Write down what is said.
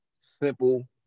simple